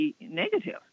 negative